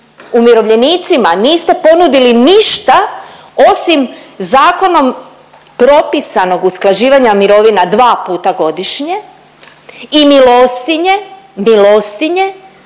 umirovljenicima niste ponudili ništa osim zakonom propisanog usklađivanja mirovina dva puta godišnje i milostinje, milostinje